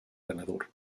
ganador